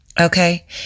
Okay